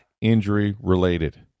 injury-related